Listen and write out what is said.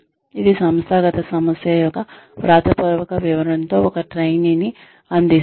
ఇది సంస్థాగత సమస్య యొక్క వ్రాతపూర్వక వివరణతో ఒక ట్రైనీని అందిస్తుంది